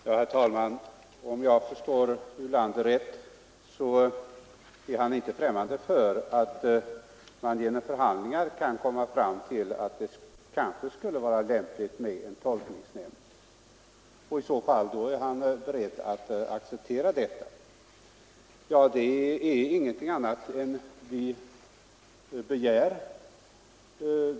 Herr talman! Om jag förstår herr Ulander rätt är han inte främmande för tanken att man efter förhandlingar kan finna att det kanske skulle vara lämpligt att inrätta en tolkningsnämnd, och i så fall är han väl beredd att acceptera det. Detta är ingenting annat än vad vi begär.